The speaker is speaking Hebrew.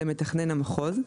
למתכנן המחוז,